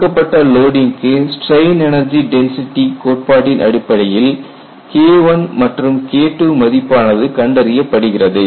கொடுக்கப்பட்ட லோடிங்க்கு strain energy density கோட்பாட்டின் அடிப்படையில் KI மற்றும் KII மதிப்பானது கண்டறியப்படுகிறது